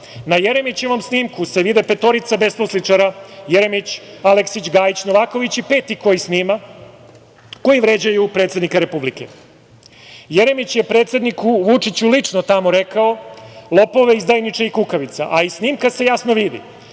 Na Jeremićevom snimku se vide petorica besposličara – Jeremić, Aleksić, Gajić, Novaković i peti koji snima, koji vređaju predsednika Republike. Jeremić je predsedniku Vučiću lično tamo rekao: „Lopove, izdajniče i kukavice“, a iz snimka se jasno vidi